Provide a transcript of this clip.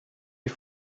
die